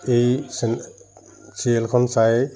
এই চেনে চিৰিয়েলখন চাই